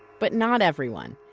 but not everyone.